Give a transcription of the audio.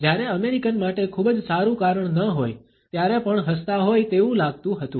જ્યારે અમેરિકન માટે ખૂબ જ સારું કારણ ન હોય ત્યારે પણ હસતા હોય તેવું લાગતું હતું